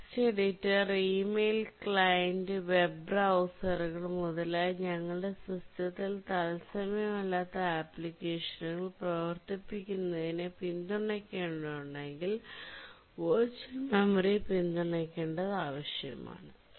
text editor email client web ബ്രൌസറുകൾ മുതലായ ഞങ്ങളുടെ സിസ്റ്റത്തിൽ തത്സമയമല്ലാത്ത ആപ്ലിക്കേഷനുകൾ പ്രവർത്തിപ്പിക്കുന്നതിനെ പിന്തുണയ്ക്കേണ്ടതുണ്ടെങ്കിൽ വെർച്വൽ മെമ്മറിയെ പിന്തുണയ്ക്കേണ്ടത് ആവശ്യമാണ്